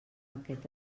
aquest